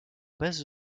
bases